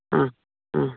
ആ ആ